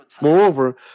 Moreover